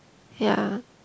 ya